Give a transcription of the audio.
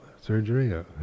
surgery